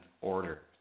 Order